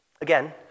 Again